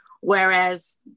Whereas